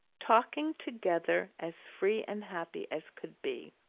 talking together as free and happy as could be.